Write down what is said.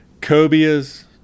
cobias